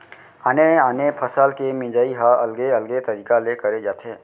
आने आने फसल के मिंजई ह अलगे अलगे तरिका ले करे जाथे